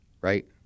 right